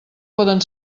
poden